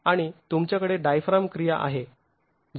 आणि तुमच्याकडे डायफ्राम क्रिया आहे